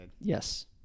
Yes